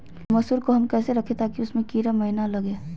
मसूर को हम कैसे रखे ताकि उसमे कीड़ा महिना लगे?